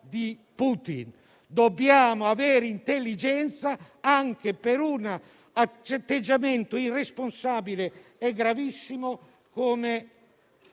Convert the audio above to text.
di Putin. Dobbiamo avere intelligenza anche per un atteggiamento irresponsabile e gravissimo come